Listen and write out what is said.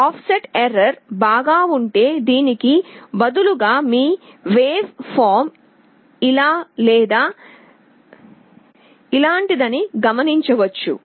offset error బాగా ఉంటే దీనికి బదులుగా మీ వేవ్ ఫార్మ్ ఇలా లేదా ఇలాంటిదని మీరు గమనించవచ్చు